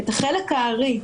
את החלק הארי,